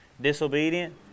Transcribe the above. disobedient